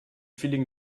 feeling